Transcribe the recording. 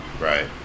right